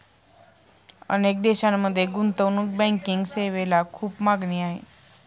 अनेक देशांमध्ये गुंतवणूक बँकिंग सेवेला खूप मागणी आहे